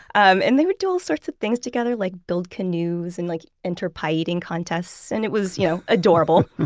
um and they would do all sorts of things together like build canoes and like enter pie-eating contests and it was you know adorable.